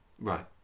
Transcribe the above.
Right